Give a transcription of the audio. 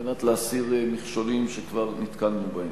על מנת להסיר מכשולים שכבר נתקלנו בהם.